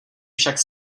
však